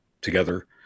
together